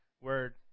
word